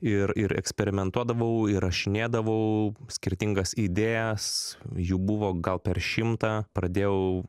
ir ir eksperimentuodavau įrašinėdavau skirtingas idėjas jų buvo gal per šimtą pradėjau